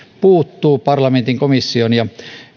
puuttuu parlamentin komission ja